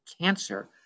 cancer